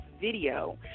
video